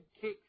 kick